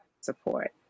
support